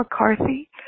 mccarthy